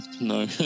No